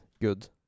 good